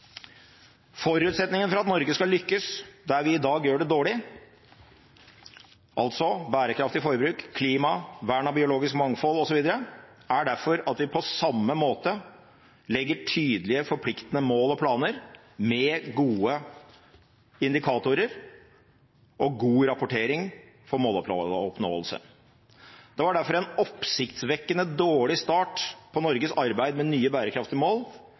Forutsetningen for at Norge skal lykkes der vi i dag gjør det dårlig – bærekraftig forbruk, klima, vern av biologisk mangfold osv. – er derfor at vi på samme måte har tydelige, forpliktende mål og planer, med gode indikatorer og god rapportering for måloppnåelse. Det var derfor en oppsiktsvekkende dårlig start på Norges arbeid med nye bærekraftige mål